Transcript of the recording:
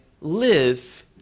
live